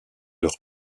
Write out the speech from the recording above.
leur